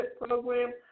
Program